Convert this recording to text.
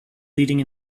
leading